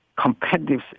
competitive